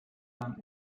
lang